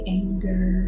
anger